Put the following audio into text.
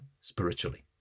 spiritually